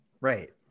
right